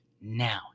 Now